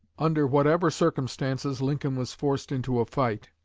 under whatever circumstances lincoln was forced into a fight,